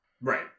right